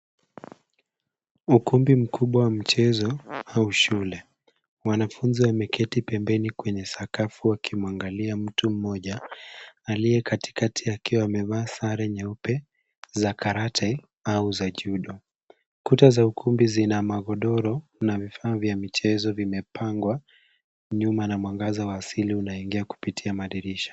Ukumbi mkubwa wa mchezo au shule. Wanafunzi wameketi pembeni kwenye sakafu wakimwangalia mtu mmoja aliye katikati akiwa amevaa sare nyeupe za karate au za judo. Kuta za ukumbi zina magodoro na vifaa vya michezo vimepangwa nyuma na mwangaza wa asili unaingia kupitia madirisha.